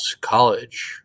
College